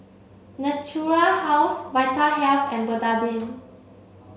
Natura House Vitahealth and Betadine